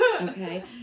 Okay